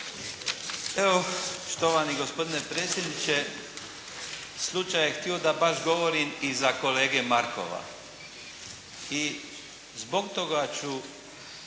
Evo štovani gospodine predsjedniče, slučaj je bio baš da govorim iza kolege Markova. I zbog toga ću